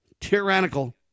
tyrannical